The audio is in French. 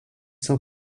sans